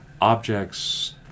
objects